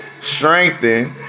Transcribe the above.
strengthen